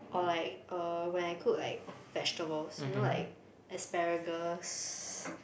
or like uh when I cook like vegetables you know like asparagus